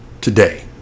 today